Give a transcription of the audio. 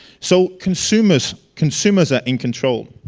so consumers consumers are in control